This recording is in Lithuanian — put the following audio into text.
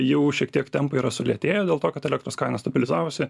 jau šiek tiek tempai yra sulėtėję dėl to kad elektros kainos stabilizavosi